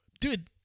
dude